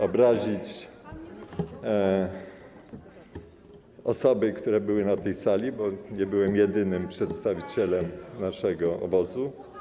obrazić osoby, które były na tej sali, bo nie byłem jedynym przedstawicielem naszego obozu.